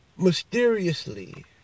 Mysteriously